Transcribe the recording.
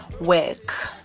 work